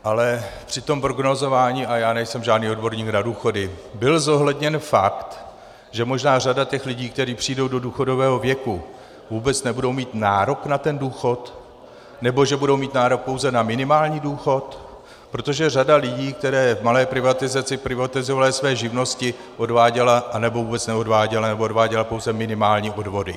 Ale při tom prognózování, a já nejsem žádný odborník na důchody, byl zohledněn fakt, že možná řada těch lidí, kteří přijdou do důchodového věku, vůbec nebudou mít nárok na důchod, nebo že budou mít nárok pouze na minimální důchod, protože řada lidí, kteří v malé privatizaci privatizovali své živnosti, odváděla, nebo vůbec neodváděla, nebo odváděla pouze minimální odvody.